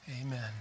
Amen